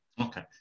okay